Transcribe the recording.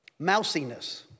Mousiness